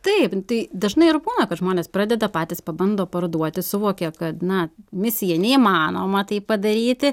taip tai dažnai ir būna kad žmonės pradeda patys pabando parduoti suvokia kad na misija neįmanoma tai padaryti